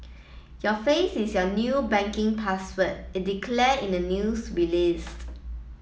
your face is your new banking password it declared in the news release